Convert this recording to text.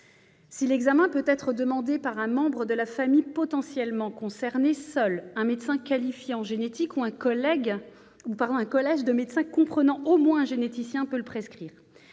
Si l'examen peut être demandé par un membre de la famille potentiellement concerné, seul un médecin qualifié en génétique ou un collège de médecins comprenant au moins un généticien peut le prescrire.